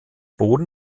boden